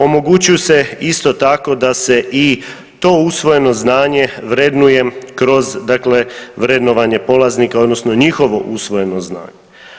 Omogućuju se isto tako da se i to usvojeno znanje vrednuje kroz, dakle vrednovanje polaznika, odnosno njihovo usvojeno znanje.